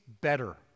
better